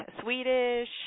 Swedish